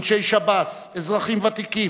אנשי שירות בתי-הסוהר, אזרחים ותיקים,